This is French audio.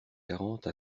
quarante